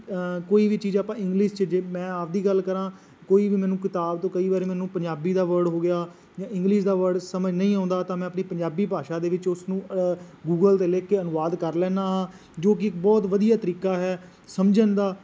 ਕੋਈ ਵੀ ਚੀਜ਼ ਆਪਾਂ ਇੰਗਲਿਸ਼ 'ਚ ਜੇ ਮੈਂ ਆਪ ਦੀ ਗੱਲ ਕਰਾਂ ਕੋਈ ਵੀ ਮੈਨੂੰ ਕਿਤਾਬ ਤੋਂ ਕਈ ਵਾਰੀ ਮੈਨੂੰ ਪੰਜਾਬੀ ਦਾ ਵਰਡ ਹੋ ਗਿਆ ਜਾਂ ਇੰਗਲਿਸ਼ ਦਾ ਵਰਡ ਸਮਝ ਨਹੀਂ ਆਉਂਦਾ ਤਾਂ ਮੈਂ ਆਪਣੀ ਪੰਜਾਬੀ ਭਾਸ਼ਾ ਦੇ ਵਿੱਚ ਉਸਨੂੰ ਗੂਗਲ 'ਤੇ ਲਿਖ ਕੇ ਅਨੁਵਾਦ ਕਰ ਲੈਂਦਾ ਹਾਂ ਜੋ ਕਿ ਬਹੁਤ ਵਧੀਆ ਤਰੀਕਾ ਹੈ ਸਮਝਣ ਦਾ